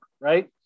right